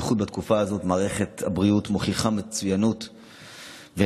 בייחוד בתקופה הזאת מערכת הבריאות מוכיחה מצוינות ואיתנות,